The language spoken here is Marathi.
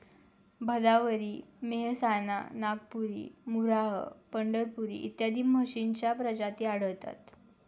भदावरी, मेहसाणा, नागपुरी, मुर्राह, पंढरपुरी इत्यादी म्हशींच्या प्रजाती आढळतात